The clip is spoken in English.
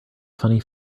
funny